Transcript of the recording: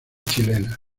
chilenas